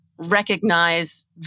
recognize